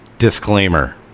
Disclaimer